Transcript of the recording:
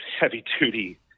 heavy-duty